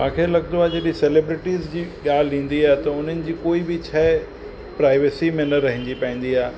मूंखे लॻंदो आहे जॾहिं सेलेब्रिटीज़ जी ॻाल्ह ईंदी आहे त उन्हनि जी कोई बि शइ प्राइवेसी में न रहंदी पाईंदी आहे